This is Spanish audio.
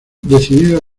decidido